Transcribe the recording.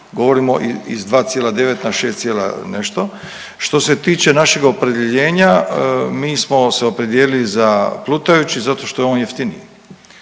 govorimo iz 2,9 na 6 cijela nešto. Što se tiče našega opredjeljenja, mi smo se opredijelili za plutajući zato što je on jeftiniji,